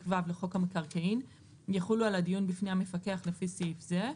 ו' לחוק המקרקעין יחולו על הדיון בפני המפקח לפי סעיף זה.